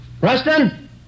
Rustin